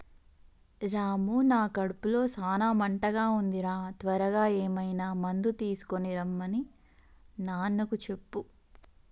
రాము నా కడుపులో సాన మంటగా ఉంది రా త్వరగా ఏమైనా మందు తీసుకొనిరమన్ని నాన్నకు చెప్పు